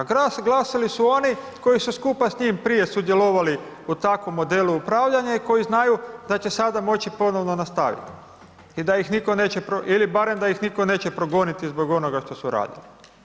Glasali su oni, koji su skupa s njim prije sudjelovali u takvom modelu upravljanja i koji znaju da će sada može ponovno nastaviti i da ih nitko neće ili barem da ih nitko neće progoniti zbog onoga što su radili.